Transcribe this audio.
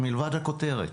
מלבד הכותרת.